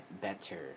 better